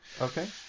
Okay